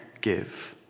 give